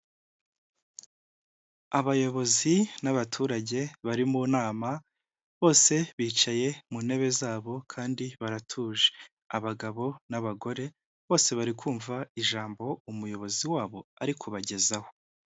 Abayobozi n'abaturage bari mu nama bose bicaye mu ntebe zabo kandi baratuje. Abagabo n'abagore bose bari kumva ijambo umuyobozi wabo ari kubagezaho.